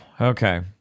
Okay